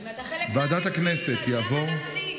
אתה אחד מהמציעים, אז למה לפנים?